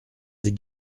des